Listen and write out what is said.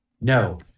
No